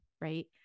Right